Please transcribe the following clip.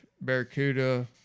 Barracuda